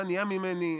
מה נהיה ממני,